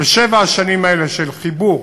בשבע השנים האלה, של חיבור